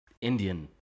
Indian